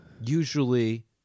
usually